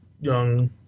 young